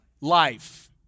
life